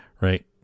right